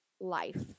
life